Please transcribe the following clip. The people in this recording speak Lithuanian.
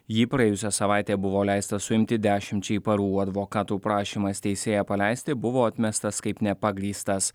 jį praėjusią savaitę buvo leista suimti dešimčiai parų advokatų prašymas teisėją paleisti buvo atmestas kaip nepagrįstas